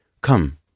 Come